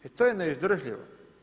I to je neizdržljivo.